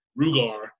Rugar